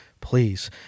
please